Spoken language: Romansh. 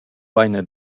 vaina